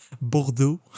Bordeaux